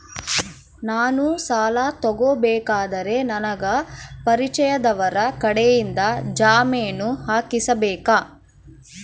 ನಾನು ಸಾಲ ತಗೋಬೇಕಾದರೆ ನನಗ ಪರಿಚಯದವರ ಕಡೆಯಿಂದ ಜಾಮೇನು ಹಾಕಿಸಬೇಕಾ?